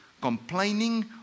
complaining